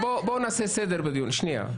מהנתונים שיש, --- "דירה להשכיר" --- שנייה,